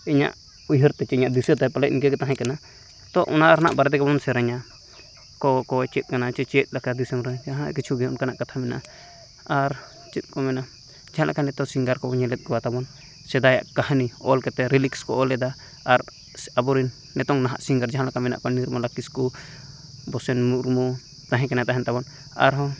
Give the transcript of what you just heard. ᱤᱧᱟᱹᱜ ᱩᱭᱦᱟᱹᱨᱛᱮ ᱪᱮ ᱤᱧᱟᱹᱜ ᱫᱤᱥᱟᱹᱛᱮ ᱯᱟᱞᱮᱱ ᱤᱱᱠᱟᱹᱜᱮ ᱛᱟᱦᱮᱸ ᱠᱟᱱᱟ ᱛᱳ ᱚᱱᱟ ᱨᱮᱱᱟᱜ ᱵᱟᱨᱮᱛᱮᱜᱮᱵᱚᱱ ᱥᱮᱨᱮᱧᱟ ᱠᱚᱠᱚᱭ ᱪᱮᱫ ᱠᱟᱱᱟ ᱪᱮ ᱪᱮᱫ ᱞᱮᱠᱟ ᱫᱤᱥᱚᱢᱨᱮ ᱡᱟᱦᱟᱸ ᱠᱤᱪᱷᱩ ᱚᱱᱠᱟᱱᱟᱜ ᱠᱟᱛᱷᱟ ᱢᱮᱱᱟᱜᱼᱟ ᱟᱨ ᱪᱮᱫᱠᱚ ᱢᱮᱱᱟ ᱡᱟᱦᱟᱸ ᱞᱮᱠᱟ ᱱᱤᱛᱳᱜ ᱥᱤᱝᱜᱟᱨᱠᱚᱵᱚ ᱧᱮᱞᱮᱫ ᱠᱚᱣᱟᱛᱟᱵᱚᱱ ᱥᱮᱫᱟᱭᱜ ᱠᱟᱹᱦᱱᱤ ᱚᱞ ᱠᱟᱛᱮ ᱨᱤᱞᱤᱠᱥᱠᱚ ᱚᱞᱮᱫᱟ ᱟᱨ ᱟᱵᱚᱨᱮᱱ ᱱᱮᱛᱚᱜ ᱱᱟᱦᱟᱜ ᱥᱤᱝᱜᱟᱨ ᱡᱟᱦᱟᱸᱞᱮᱠᱟ ᱢᱮᱱᱟᱜ ᱠᱚᱣᱟ ᱱᱤᱨᱢᱚᱞᱟ ᱠᱤᱥᱠᱩ ᱵᱚᱥᱮᱱ ᱢᱩᱨᱢᱩ ᱛᱟᱦᱮᱸᱠᱟᱱᱟ ᱛᱟᱦᱮᱸᱫ ᱛᱟᱵᱚᱱ ᱟᱨᱦᱚᱸ